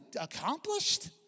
accomplished